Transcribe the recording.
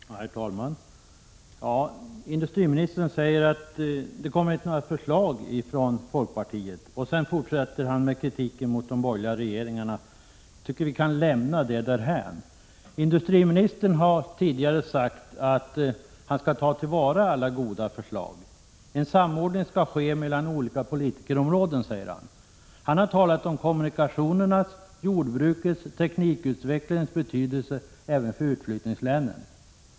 Herr talman! Industriministern säger att det inte kommer några förslag från folkpartiet. Sedan fortsätter han att rikta kritik mot de borgerliga regeringarna. Jag tycker att vi kan lämna den kritiken därhän. Industriministern har tidigare sagt att han skall ta till vara alla goda förslag och att en samordning skall ske mellan olika politikområden. Han har talat om kommunikationernas, jordbrukets och teknikutvecklingens betydelse även för utflyttningslänen.